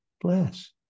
bless